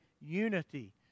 unity